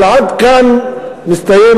אבל כאן מסתיים